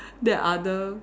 the other